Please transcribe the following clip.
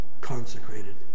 consecrated